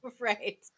Right